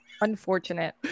Unfortunate